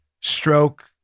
Stroke